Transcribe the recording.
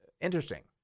interesting